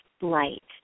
light